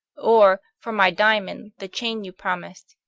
or, for my diamond, the chain you promis'd,